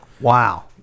Wow